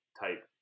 type